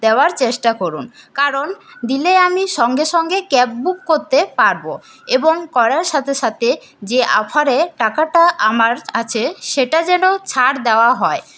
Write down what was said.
দেওয়ার চেষ্টা করুন কারণ দিলে আমি সঙ্গে সঙ্গে ক্যাব বুক করতে পারবো এবং করার সাথে সাথে যে অফারে টাকাটা আমার আছে সেটা যেন ছাড় দেওয়া হয়